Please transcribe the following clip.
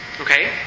Okay